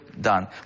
done